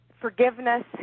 forgiveness